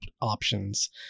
options